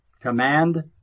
command